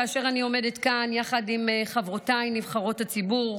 כאשר אני עומדת כאן יחד עם חברותיי נבחרות הציבור,